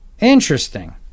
interesting